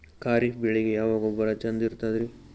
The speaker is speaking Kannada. ಖರೀಪ್ ಬೇಳಿಗೆ ಯಾವ ಗೊಬ್ಬರ ಚಂದ್ ಇರತದ್ರಿ?